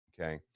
Okay